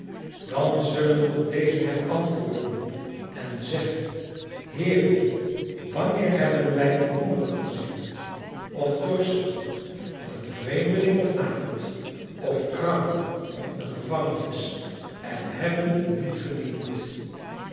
dan zullen ook deze hem antwoorden en zeggen heere wanneer hebben wij u hongerig gezien of dorstig of een vreemdeling of naakt of krank of in de gevangenis en hebben u niet gediend